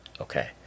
Okay